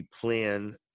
plan